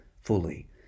fully